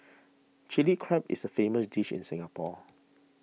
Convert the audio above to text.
Chilli Crab is a famous dish in Singapore